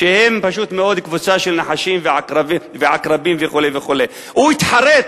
שהם פשוט מאוד קבוצה של נחשים ועקרבים וכו' וכו'; הוא התחרט,